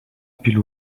pile